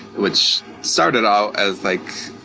which started out as like,